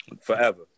forever